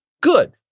good